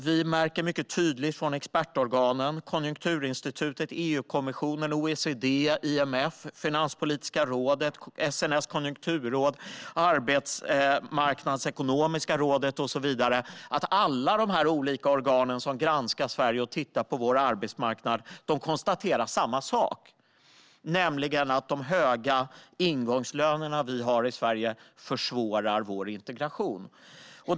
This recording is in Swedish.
Vi märker mycket tydligt att alla de expertorgan - Konjunkturinstitutet, EU-kommissionen, OECD, IMF, Finanspolitiska rådet, SNS Konjunkturråd, Arbetsmarknadsekonomiska rådet och så vidare - som granskar Sverige och tittar på vår arbetsmarknad konstaterar samma sak, nämligen att de höga ingångslöner som vi har i Sverige försvårar integrationen.